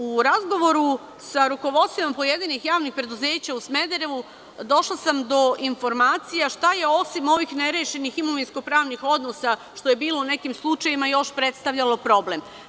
U razgovoru sa rukovodstvima pojedinih javnih preduzeća u Smederevu, došla sam do informacija šta je, osim ovih nerešenih imovinsko-pravnih odnosa, što je bilo u nekim slučajevima, još predstavljalo problem.